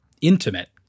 Intimate